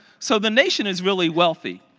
so the nation is really wealthy.